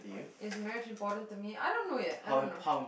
is marriage important to me I don't know yet I don't know